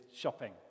shopping